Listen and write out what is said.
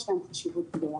יש להן חשיבות גדולה.